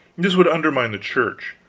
this would undermine the church.